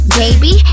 baby